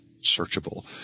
searchable